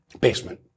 Basement